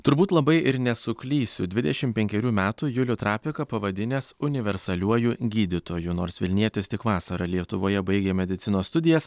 turbūt labai ir nesuklysiu dvidešim penkerių metų julių trapiką pavadinęs universaliuoju gydytoju nors vilnietis tik vasarą lietuvoje baigė medicinos studijas